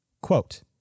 Quote